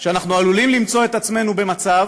שאנחנו עלולים למצוא את עצמנו במצב